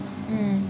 mm